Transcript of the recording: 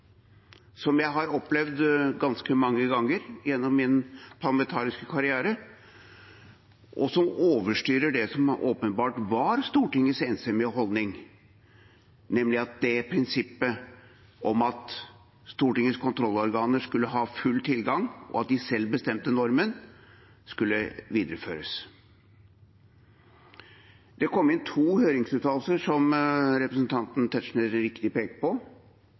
som jeg har opplevd ganske mange ganger gjennom min parlamentariske karriere, som overstyrer det som åpenbart var Stortingets enstemmige holdning, nemlig at prinsippet om at Stortingets kontrollorganer skulle ha full tilgang, og at de selv skulle bestemme normen, skulle videreføres. Det kom inn to høringsuttalelser, som representanten Tetzschner helt riktig peker på.